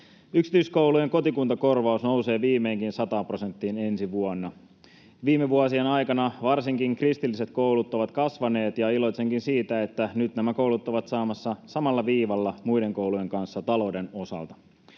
Yksityiskoulujen kotikuntakorvaus nousee viimeinkin 100 prosenttiin ensi vuonna. Viime vuosien aikana varsinkin kristilliset koulut ovat kasvaneet, ja iloitsenkin siitä, että nyt nämä koulut ovat samalla viivalla muiden koulujen kanssa talouden osalta.